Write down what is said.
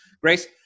Grace